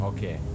Okay